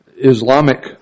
islamic